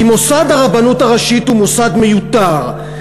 כי מוסד הרבנות הראשית הוא מוסד מיותר,